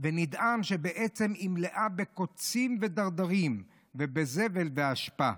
ונדהם שבעצם היא מלאה בקוצים ודרדרים ובזבל ואשפה.